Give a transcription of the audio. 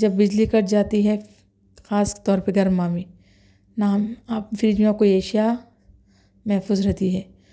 جب بجلی کٹ جاتی ہے خاص طور پہ گرما میں نہ ہم آپ فریج میں کوئی اشیا محفوظ رہتی ہے